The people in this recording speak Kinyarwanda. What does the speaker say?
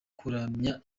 kuramya